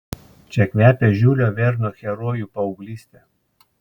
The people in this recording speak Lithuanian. čia kvepia žiulio verno herojų paauglyste